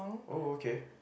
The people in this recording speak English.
oh okay